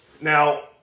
Now